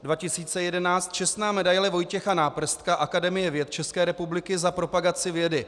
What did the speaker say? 2011 čestná medaile Vojtěcha Náprstka Akademie věd České republiky za propagaci vědy;